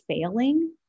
failing